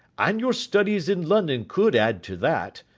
and your studies in london could add to that,